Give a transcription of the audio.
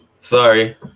sorry